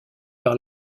par